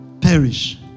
perish